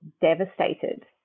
devastated